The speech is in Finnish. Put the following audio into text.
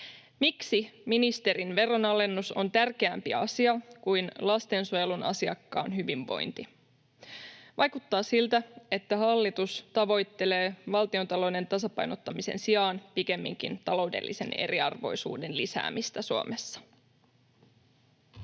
Miksi ministerin veronalennus on tärkeämpi asia kuin lastensuojelun asiakkaan hyvinvointi? Vaikuttaa siltä, että hallitus tavoittelee valtiontalouden tasapainottamisen sijaan pikemminkin taloudellisen eriarvoisuuden lisäämistä Suomessa.